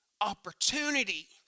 opportunity